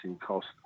cost